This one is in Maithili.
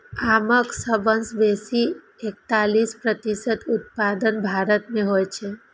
आमक सबसं बेसी एकतालीस प्रतिशत उत्पादन भारत मे होइ छै